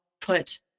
put